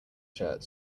shirt